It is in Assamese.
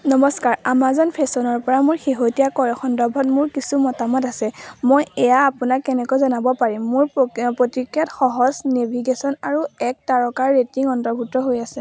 নমস্কাৰ আমাজন ফেশ্বনৰপৰা মোৰ শেহতীয়া ক্ৰয়ৰ সন্দৰ্ভত মোৰ কিছু মতামত আছে মই এয়া আপোনাক কেনেকৈ জনাব পাৰিম মোৰ প্ৰক্ৰিয়া প্ৰতিক্ৰিয়াত সহজ নেভিগেশ্যন আৰু এক তাৰকাৰ ৰেটিং অন্তৰ্ভুক্ত হৈ আছে